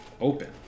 open